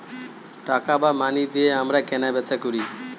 টাকা বা মানি দিয়ে আমরা কেনা বেচা করি